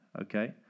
Okay